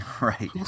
right